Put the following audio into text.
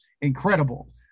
incredible